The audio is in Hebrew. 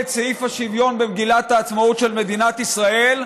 סעיף השוויון במגילת העצמאות של מדינת ישראל,